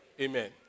Amen